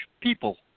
people